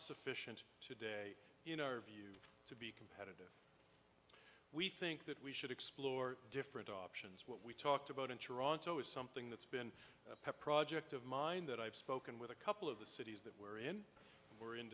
sufficient today in our view to be competitive we think that we should explore different options what we talked about in toronto is something that's been a pet project of mine that i've spoken with a couple of the cities that were in we're in